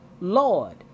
Lord